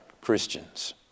Christians